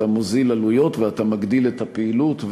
אתה מוזיל עלויות ואתה מגדיל את הפעילות,